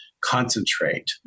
concentrate